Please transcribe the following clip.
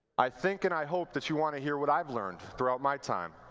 i think, and i hope, that you want to hear what i have learned throughout my time,